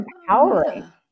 empowering